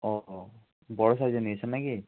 ও বড় সাইজের নিয়েছেন না কি